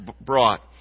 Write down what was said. brought